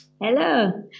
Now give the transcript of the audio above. Hello